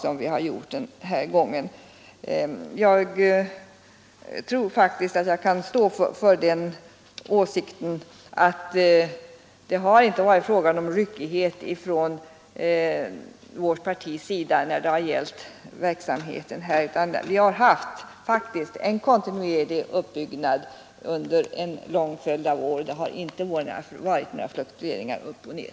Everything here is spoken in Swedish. Det har vi gjort denna Jag tror faktiskt jag kan stå för den åsikten att det har inte varit fråga om ryckighet från vårt partis sida i detta fall, utan vi har faktiskt haft en kontinuerlig uppbyggnad under en lång följd av år. Det har inte varit några fluktuationer upp och ner.